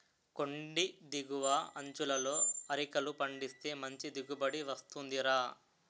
కొండి దిగువ అంచులలో అరికలు పండిస్తే మంచి దిగుబడి వస్తుందిరా